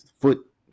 foot